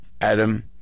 Adam